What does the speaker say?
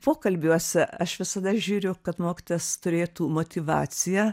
pokalbiuose aš visada žiūriu kad mokytojas turėtų motyvaciją